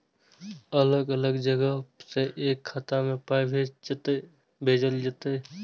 अलग अलग जगह से एक खाता मे पाय भैजल जेततै?